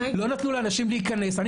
לא נתנו לאנשים להיכנס.